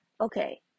okay